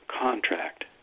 contract